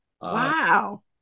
Wow